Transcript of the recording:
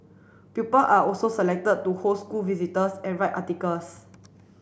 pupil are also selected to host school visitors and write articles